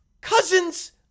Cousins